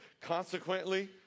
Consequently